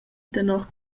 tenor